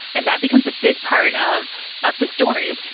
and that becomes a big part of of the story.